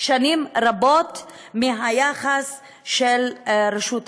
שנים רבות מהיחס של רשות השידור.